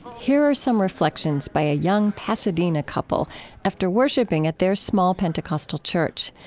here are some reflections by a young pasadena couple after worshipping at their small pentecostal church.